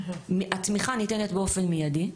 התמיכה ניתנת באופן מיידי,